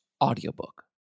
audiobook